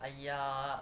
!aiya!